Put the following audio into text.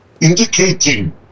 indicating